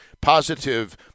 positive